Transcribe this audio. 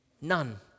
none